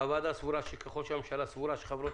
הוועדה סבורה שככל שהממשלה סבורה שחברות